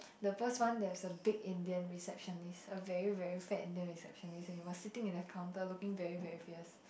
the first one there was a big Indian receptionist a very very fat Indian receptionist and he was sitting in the counter looking very very fierce